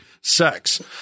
sex